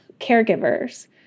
caregivers